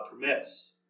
permits